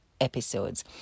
episodes